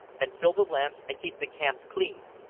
and fill the lamps, and keep the camps clean.